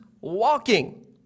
walking